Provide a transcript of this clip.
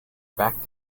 back